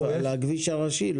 לכביש הראשי.